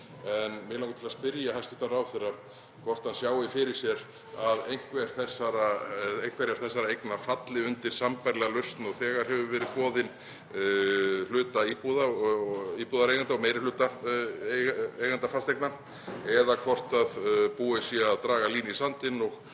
Mig langar til að spyrja hæstv. ráðherra hvort hann sjái fyrir sér að einhverjar þessara eigna falli undir sambærilega lausn og þegar hefur verið boðin hluta íbúða og íbúðareigenda og meiri hluta eigenda fasteigna eða hvort búið sé að draga línu í sandinn